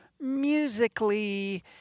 musically